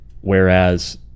Whereas